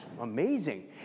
amazing